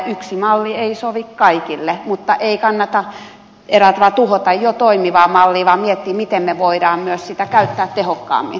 yksi malli ei sovi kaikille mutta ei kannata eräällä tavalla tuhota jo toimivaa mallia vaan miettiä miten me voimme myös sitä käyttää tehokkaammin